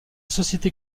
société